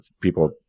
people